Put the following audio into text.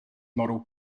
model